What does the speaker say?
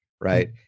right